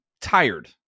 tired